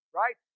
right